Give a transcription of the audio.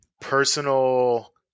personal